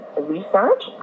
research